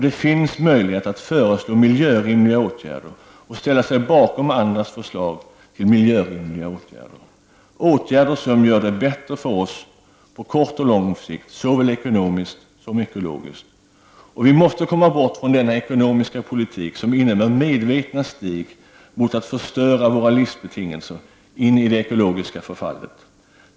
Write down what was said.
Det finns möjlighet att föreslå miljörimliga åtgärder och ställa sig bakom andras förslag till miljörimliga åtgärder, åtgärder som gör det bättre för oss på kort och lång sikt såväl ekonomiskt som ekologiskt. Vi måste komma bort från den ekonomiska politik som innebär medvetna steg mot att förstöra våra livsbetingelser in i det ekologiska förfallet.